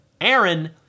Aaron